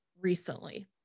recently